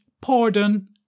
pardon